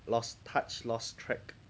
lost touch lost track